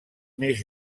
més